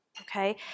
okay